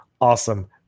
awesome